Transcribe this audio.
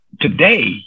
today